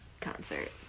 concert